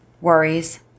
worries